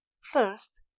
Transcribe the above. First